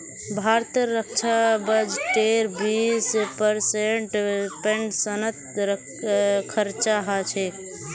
भारतेर रक्षा बजटेर बीस परसेंट पेंशनत खरचा ह छेक